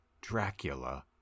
Dracula